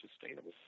sustainable